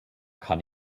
kann